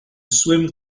swim